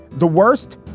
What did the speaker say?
the worst.